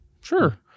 Sure